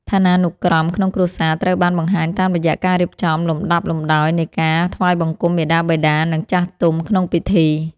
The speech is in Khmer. ឋានានុក្រមក្នុងគ្រួសារត្រូវបានបង្ហាញតាមរយៈការរៀបចំលំដាប់លំដោយនៃការថ្វាយបង្គំមាតាបិតា និងចាស់ទុំក្នុងពិធី។